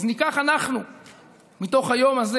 אז ניקח אנחנו מתוך היום הזה